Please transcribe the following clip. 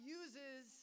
uses